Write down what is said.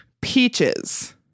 Peaches